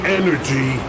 energy